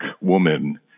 woman